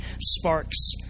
sparks